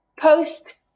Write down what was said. post